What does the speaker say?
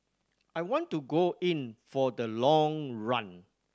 I want to go in for the long run